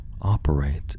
operate